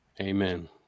Amen